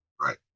Right